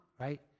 Right